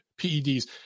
PEDs